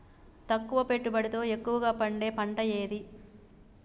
తక్కువ పెట్టుబడితో ఎక్కువగా పండే పంట ఏది?